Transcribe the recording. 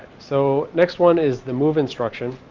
so next one is the move instruction